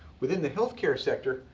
within the health care sector,